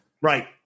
right